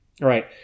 right